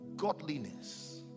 godliness